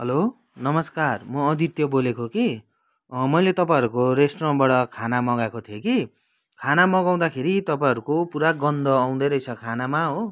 हलो नमस्कार म अदित्य बोलेको कि मैले तपाईँहरूको रेस्टुरेन्टबाट खाना मगाएको थिएँ कि खाना मगाउँदाखेरि तपाईँहरूको पुरा गन्ध आउँदै रहेछ खानामा हो